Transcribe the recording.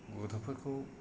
गथ'फोरखौ